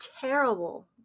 terrible